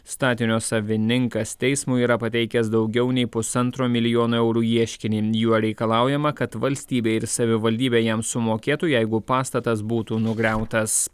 statinio savininkas teismui yra pateikęs daugiau nei pusantro milijono eurų ieškinį juo reikalaujama kad valstybė ir savivaldybė jam sumokėtų jeigu pastatas būtų nugriautas